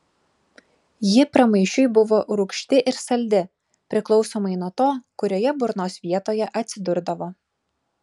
ji pramaišiui buvo rūgšti ir saldi priklausomai nuo to kurioje burnos vietoje atsidurdavo